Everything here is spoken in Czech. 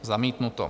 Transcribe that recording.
Zamítnuto.